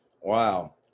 Wow